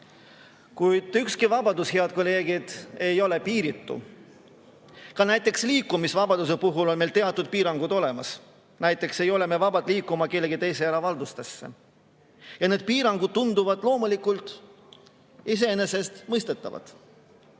kuid ükski vabadus, head kolleegid, ei ole piiritu. Ka liikumisvabaduse puhul on meil teatud piirangud olemas, näiteks ei ole me vabad liikuma kellegi teise eravaldusesse. Need piirangud tunduvad loomulikult iseenesestmõistetavad. Ka